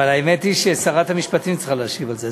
אבל האמת היא ששרת המשפטים צריכה להשיב על זה,